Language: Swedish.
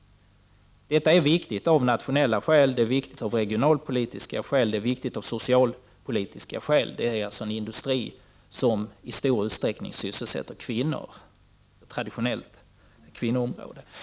Det är viktigt av Utrikeshandel nationella skäl, av regionalpolitiska skäl och av socialpolitiska skäl. Det gäller en industri som i stor utsträckning sysselsätter kvinnor; det är ett traditionellt kvinnoområde.